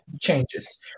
changes